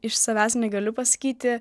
iš savęs negaliu pasakyti